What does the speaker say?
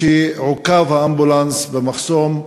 כשהאמבולנס עוכב במחסום,